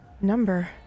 number